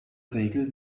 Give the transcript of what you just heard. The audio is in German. regel